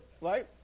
right